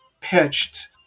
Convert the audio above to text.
pitched